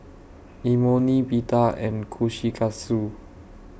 Imoni Pita and Kushikatsu